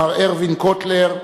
מר ארווין קוטלר,